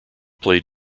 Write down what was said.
played